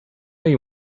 you